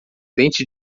dente